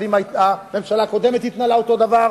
הממשלה הקודמת התנהלה אותו הדבר,